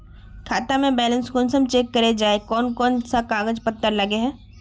खाता में बैलेंस कुंसम चेक करे जाय है कोन कोन सा कागज पत्र लगे है?